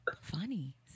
funny